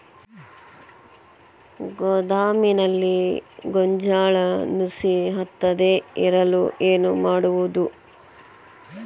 ಗೋದಾಮಿನಲ್ಲಿ ಗೋಂಜಾಳ ನುಸಿ ಹತ್ತದೇ ಇರಲು ಏನು ಮಾಡುವುದು?